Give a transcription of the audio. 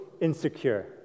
insecure